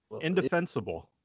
Indefensible